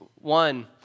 One